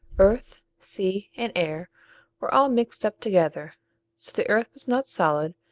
earth, sea, and air were all mixed up together so the earth was not solid,